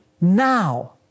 now